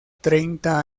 treinta